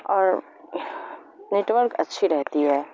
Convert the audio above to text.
اور نیٹورک اچھی رہتی ہے